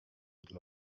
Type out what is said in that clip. dla